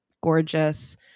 gorgeous